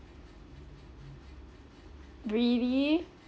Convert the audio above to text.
really